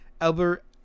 Albert